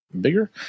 bigger